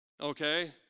Okay